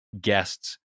guests